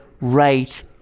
right